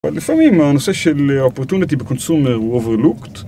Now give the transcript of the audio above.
אבל לפעמים הנושא של ה-opportunity בקונסומר הוא overlooked